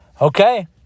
Okay